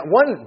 one